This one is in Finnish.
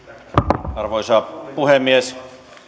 arvoisa puhemies